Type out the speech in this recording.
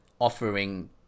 offering